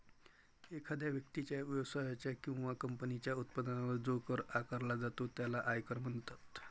एखाद्या व्यक्तीच्या, व्यवसायाच्या किंवा कंपनीच्या उत्पन्नावर जो कर आकारला जातो त्याला आयकर म्हणतात